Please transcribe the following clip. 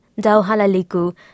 Dauhalaliku